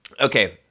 Okay